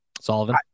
Sullivan